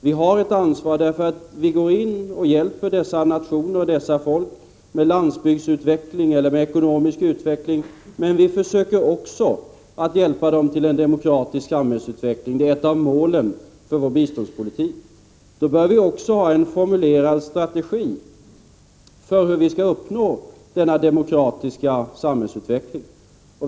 Vi har ett ansvar att hjälpa dessa nationer och folk med landsbygdsutveckling eller ekonomisk utveckling. Men vi försöker också hjälpa dem till en demokratisk samhällsutveckling. Det är ett av målen för vår biståndspolitik. Därför bör vi också ha en formulerad strategi för hur vi skall uppnå denna demokratiska samhällsut . veckling.